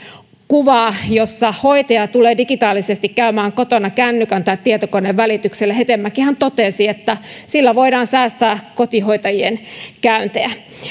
kuva jossa hoitaja tulee digitaalisesti käymään kotona kännykän tai tietokoneen välityksellä hetemäkihän totesi että sillä voidaan säästää kotihoitajien käyntejä